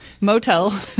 Motel